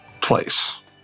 place